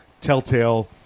telltale